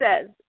says